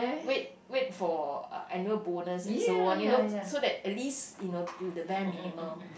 wait wait for annual bonus and so on you know so that at least you know with the bank minimum